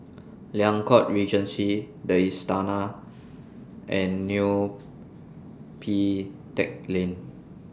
Liang Court Regency The Istana and Neo Pee Teck Lane